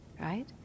right